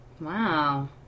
Wow